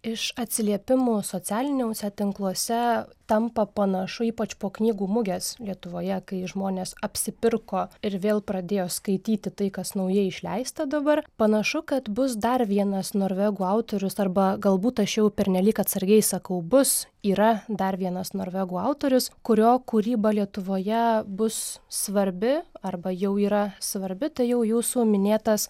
iš atsiliepimų socialiniuose tinkluose tampa panašu ypač po knygų mugės lietuvoje kai žmonės apsipirko ir vėl pradėjo skaityti tai kas naujai išleista dabar panašu kad bus dar vienas norvegų autorius arba galbūt aš jau pernelyg atsargiai sakau bus yra dar vienas norvegų autorius kurio kūryba lietuvoje bus svarbi arba jau yra svarbi tai jau jūsų minėtas